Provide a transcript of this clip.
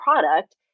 product